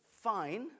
fine